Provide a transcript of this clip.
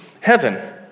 heaven